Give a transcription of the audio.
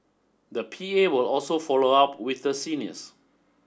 the P A will also follow up with the seniors